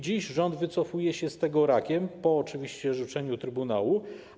Dziś rząd wycofuje się z tego rakiem, oczywiście po orzeczeniu Trybunału.